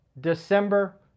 December